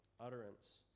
utterance